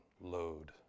load